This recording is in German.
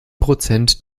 prozent